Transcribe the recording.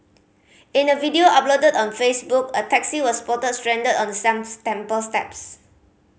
in a video uploaded on Facebook a taxi was spotted stranded on the some temple steps